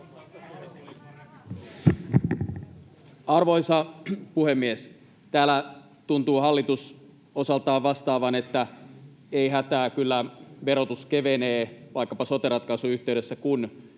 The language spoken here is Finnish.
Arvoisa puhemies! Täällä tuntuu hallitus osaltaan vastaavan, että ei hätää, kyllä verotus kevenee — vaikkapa sote-ratkaisun yhteydessä — kun